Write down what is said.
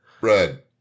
Red